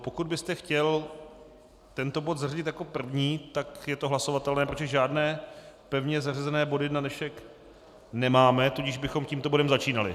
Pokud byste chtěl tento bod zařadit jako první, tak je to hlasovatelné, protože žádné pevně zařazené body na dnešek nemáme, tudíž bychom tímto bodem začínali.